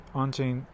on-chain